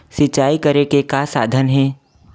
सिंचाई करे के का साधन हे?